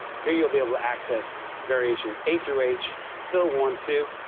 here you'll be able to access variations a through h, fill one, two,